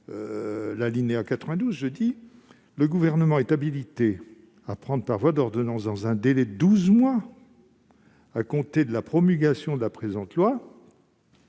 précisé que « le Gouvernement est habilité à prendre par voie d'ordonnance, dans un délai de douze mois à compter de la promulgation de la présente loi,